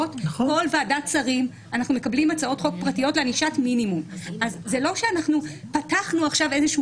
ובגלל זה אנחנו רואים פה אנשים -- אבל בשביל זה יש את בתי המשפט.